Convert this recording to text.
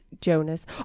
Jonas